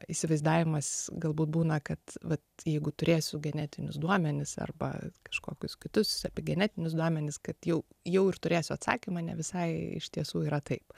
įsivaizdavimas galbūt būna kad vat jeigu turėsiu genetinius duomenis arba kažkokius kitus apie genetinius duomenis kad jau jau ir turėsiu atsakymą ne visai iš tiesų yra taip